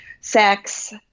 sex